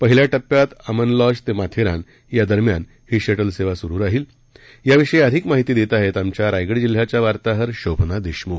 पहिल्या पि्यात अमन लॉज ते माथेरान या दरम्यान ही शक्रि सेवा सुरु राहील याविषयी अधिक माहिती देत आहेत आमच्या रायगड जिल्ह्याच्या वार्ताहर शोभना देशमुख